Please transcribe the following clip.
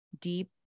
deep